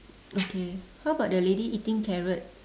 okay how about the lady eating carrot